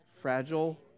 Fragile